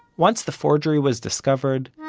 once the forgery was discovered,